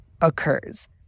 occurs